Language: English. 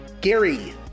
Gary